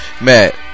Matt